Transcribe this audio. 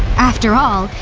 after all,